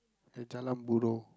at jalan buroh